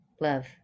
Love